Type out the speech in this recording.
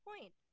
point